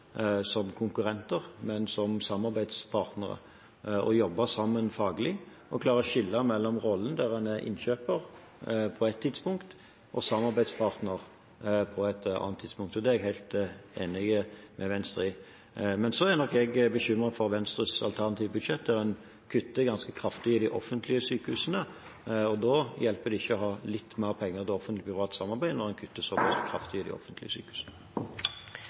som konkurrenter, men også som samarbeidspartnere og jobbe sammen faglig og klare å skille mellom rollen der en er innkjøper på et tidspunkt og samarbeidspartner på et annet tidspunkt. Det er jeg helt enig med Venstre i. Men så er nok jeg bekymret for Venstres alternative budsjett, der en kutter ganske kraftig i de offentlige sykehusene. Det hjelper ikke å ha litt mer penger til offentlig–privat samarbeid når en kutter så kraftig i de offentlige sykehusene.